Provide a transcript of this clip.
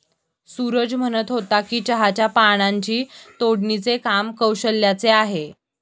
सूरज म्हणत होता की चहाच्या पानांची तोडणीचे काम कौशल्याचे आहे